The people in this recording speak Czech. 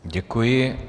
Děkuji.